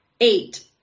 eight